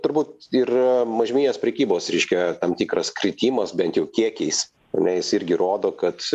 turbūt ir mažmeninės prekybos reiškia tam tikras kritimas bent jau kiekiais ane jis irgi rodo kad